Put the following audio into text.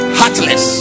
heartless